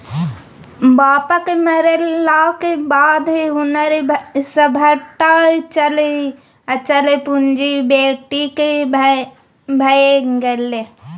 बापक मरलाक बाद हुनक सभटा चल अचल पुंजी बेटीक भए गेल